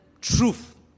truth